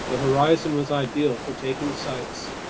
the horizon was ideal for taking sights.